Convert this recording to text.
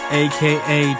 aka